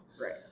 Right